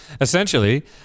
Essentially